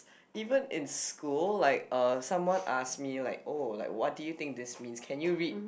even in school like uh someone ask me like oh what do you think this means can you read